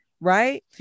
right